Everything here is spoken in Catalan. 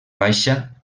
baixa